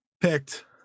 picked